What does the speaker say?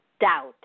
Doubt